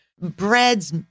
breads